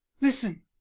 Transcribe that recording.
listen